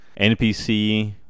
NPC